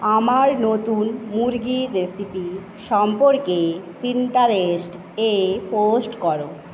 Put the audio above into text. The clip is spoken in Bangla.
আমার নতুন মুরগির রেসিপি সম্পর্কে পিন্টারেস্টে পোস্ট করো